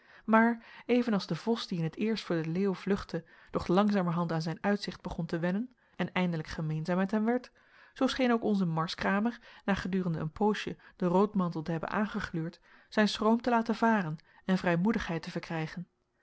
maar even als de vos die in t eerst voor den leeuw vluchtte doch langzamerhand aan zijn uitzicht begon te wennen en eindelijk gemeenzaam met hem werd zoo scheen ook onze marskramer na gedurende een poosje den roodmantel te hebben aangegluurd zijn schroom te laten varen en vrijmoedigheid te verkrijgen